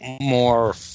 more